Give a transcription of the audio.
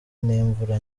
n’imvura